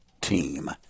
team